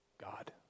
God